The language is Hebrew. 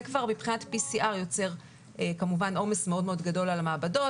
כבר מבחינת PCR יוצא עומס מאוד מאוד גדול על המעבדות